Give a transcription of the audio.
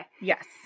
Yes